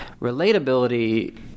Relatability